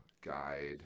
Guide